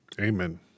Amen